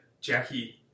Jackie